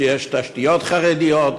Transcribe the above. שיש בה תשתיות חרדיות,